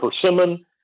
persimmon